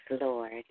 Lord